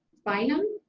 bynum.